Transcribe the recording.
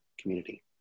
community